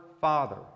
father